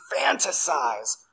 fantasize